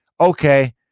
Okay